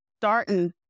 starting